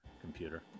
computer